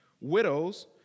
widows